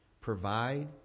provide